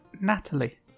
Natalie